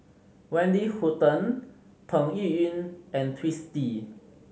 Wendy Hutton Peng Yuyun and Twisstii